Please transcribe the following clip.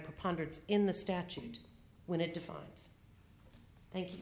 preponderance in the statute when it defines thank you